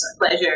pleasure